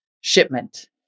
shipment